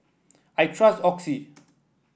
I trust Oxy